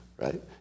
right